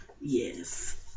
Yes